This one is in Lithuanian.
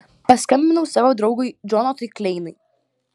paskambinau savo draugui džonatanui kleinui